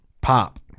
pop